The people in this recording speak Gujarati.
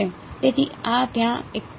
તેથી આ ત્યાં એકલતા છે